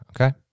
okay